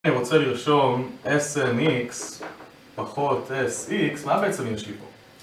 אני רוצה לרשום Snx פחות Sx, מה בעצם יש לי פה?